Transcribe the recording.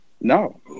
No